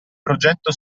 progetto